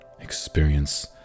Experience